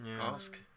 ask